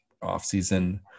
offseason